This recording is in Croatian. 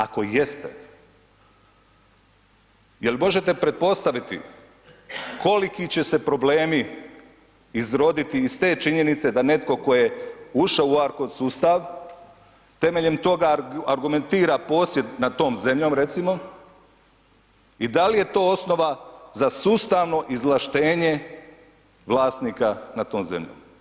Ako jeste, je li možete pretpostaviti koliki će se problemi izroditi iz te činjenice da netko tko je ušao u ARKOD sustav temeljem toga argumentira posjed nad tom zemljom, recimo, i da li je to osnova za sustavno izvlaštenje vlasnika nad tom zemljom.